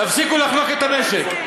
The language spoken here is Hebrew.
תפסיקו לחנוק את המשק.